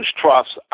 trusts